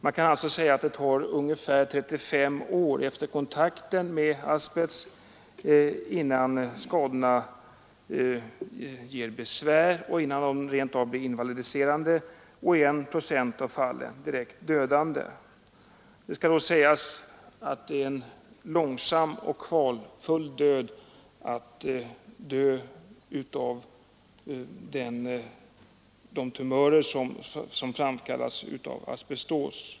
Det dröjer alltså ungefär 35 år efter kontakten med asbest innan skadorna ger besvär eller rent av blir svårt besvärande och i 1 procent av fallen direkt dödande. Det bör sägas att det är en långsam och kvalfull död att avlida av de tumörer som framkallas av asbestos.